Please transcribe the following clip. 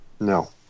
No